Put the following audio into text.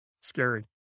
scary